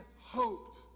hoped